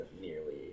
nearly